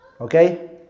Okay